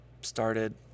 started